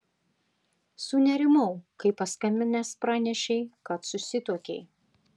sunerimau kai paskambinęs pranešei kad susituokei